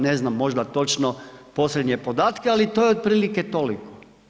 Ne znam možda točno, posljednje podatke, ali to je otprilike toliko.